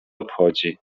obchodzi